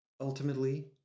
ultimately